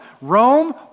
Rome